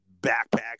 backpacks